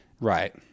Right